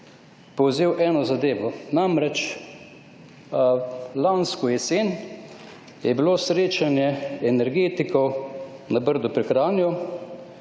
povzel še eno zadevo. Lansko jesen je bilo srečanje energetikov na Brdu pri Kranju.